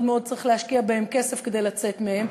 מאוד צריך להשקיע בהם כסף כדי לצאת מהם,